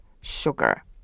sugar